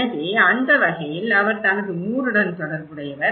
எனவே அந்த வகையில் அவர் தனது ஊருடன் தொடர்புடையவர்